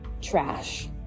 trash